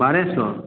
बारह सौ